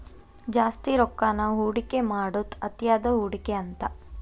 ಜಾಸ್ತಿ ರೊಕ್ಕಾನ ಹೂಡಿಕೆ ಮಾಡೋದ್ ಅತಿಯಾದ ಹೂಡಿಕೆ ಅಂತ